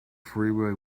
freeway